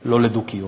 לא לדו-קיום.